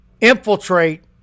infiltrate